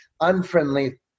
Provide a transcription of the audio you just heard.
unfriendly